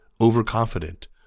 overconfident